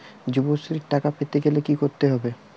যুবশ্রীর টাকা পেতে গেলে কি করতে হবে?